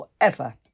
forever